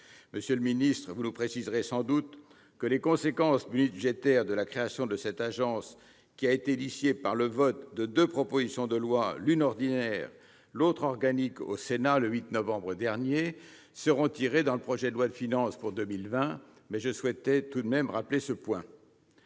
Monsieur le ministre, vous nous préciserez sans doute que les conséquences budgétaires de la création de cette agence, qui a été initiée par le vote de deux propositions de loi, l'une ordinaire, l'autre organique, au Sénat le 8 novembre dernier, seront tirées dans le projet de loi de finances pour 2020, mais je souhaitais rappeler ce point.